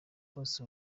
bakoze